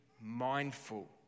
mindful